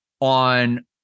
on